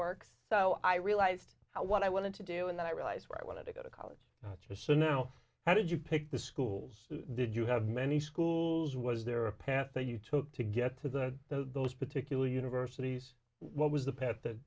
works so i realized what i wanted to do and then i realized what i wanted to go to college for so now how did you pick the schools did you have many schools was there a path that you took to get to the those particular universities what was the path that